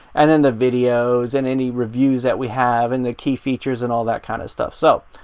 and then the videos and any reviews that we have, and the key features and all that kind of stuff. so,